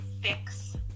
fix